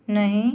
नहीं